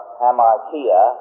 hamartia